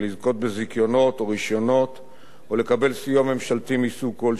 לזכות בזיכיונות או רשיונות או לקבל סיוע ממשלתי מסוג כלשהו.